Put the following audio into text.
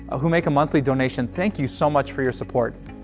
ah who make a monthly donation, thank you so much for your support.